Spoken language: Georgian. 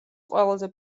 ყველაზე